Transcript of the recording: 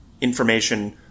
information